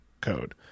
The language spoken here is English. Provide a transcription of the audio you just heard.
code